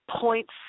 points